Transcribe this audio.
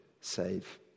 save